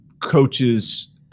coaches